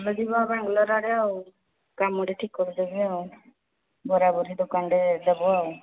ତମେ ଯିବ ବାଙ୍ଗଲୋର ଆଡ଼େ ଆଉ କାମଟେ ଠିକ କରିଦେବି ଆଉ ବରାବରି ଦୋକାନରେ ଦେବ ଆଉ